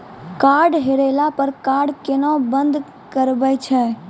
Card हेरैला पर card केना बंद करबै छै?